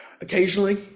Occasionally